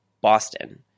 Boston